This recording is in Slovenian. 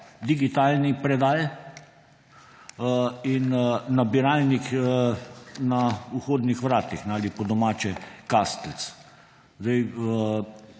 digitalni predal in nabiralnik na vhodnih vratih ali po domače kaselc.